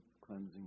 cleansing